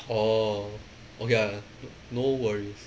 orh okay lah no worries